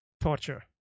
torture